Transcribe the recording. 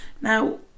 now